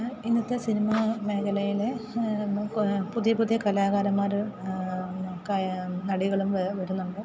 ഇന്നത്തെ സിനിമാ മേഖലയിലെ പുതിയ പുതിയ കലാകാരന്മാർ കാ നടികളും വെ വരുന്നുണ്ട്